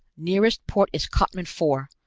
nearest port is cottman four.